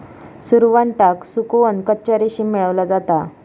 सुरवंटाक सुकवन कच्चा रेशीम मेळवला जाता